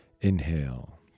inhale